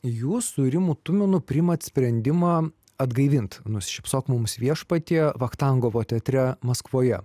jūs su rimu tuminu priimat sprendimą atgaivint nusišypsok mums viešpatie vachtangovo teatre maskvoje